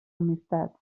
amistats